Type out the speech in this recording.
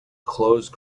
closed